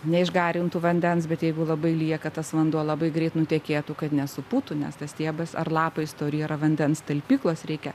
neišgarintų vandens bet jeigu labai lieka tas vanduo labai greit nutekėtų kad nesupūtų nes tas stiebas ar lapai stori yra vandens talpyklos reikia